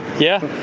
yeah,